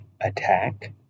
attack